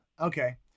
Okay